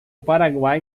paraguai